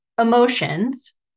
emotions